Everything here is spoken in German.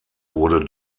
wurde